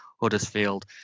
Huddersfield